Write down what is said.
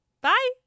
Bye